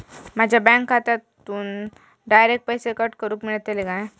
माझ्या बँक खात्यासून डायरेक्ट पैसे कट करूक मेलतले काय?